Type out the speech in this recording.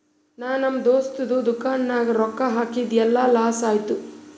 ನಾ ನಮ್ ದೋಸ್ತದು ದುಕಾನ್ ನಾಗ್ ರೊಕ್ಕಾ ಹಾಕಿದ್ ಎಲ್ಲಾ ಲಾಸ್ ಆಯ್ತು